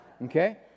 Okay